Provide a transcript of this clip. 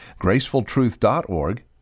gracefultruth.org